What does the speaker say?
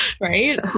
right